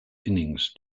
innings